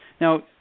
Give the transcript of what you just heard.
now